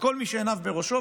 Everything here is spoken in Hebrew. וכל מי שעיניו בראשו,